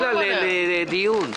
היא כבר הובאה לדיון.